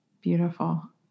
Beautiful